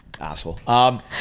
asshole